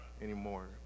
anymore